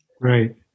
Right